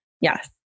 Yes